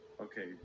okay